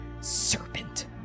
serpent